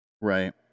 right